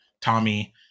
Tommy